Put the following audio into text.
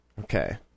Okay